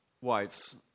Wives